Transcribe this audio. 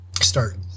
start